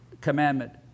commandment